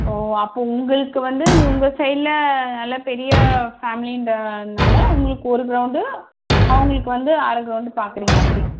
ஓ அப்போ உங்களுக்கு வந்து உங்கள் சைடில் நல்ல பெரிய ஃபேமிலின்றதுனாலே உங்களுக்கு ஒரு க்ரௌண்டு அவங்களுக்கு வந்து அரை க்ரௌண்டு பார்க்குறீங்க அப்படி